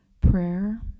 prayer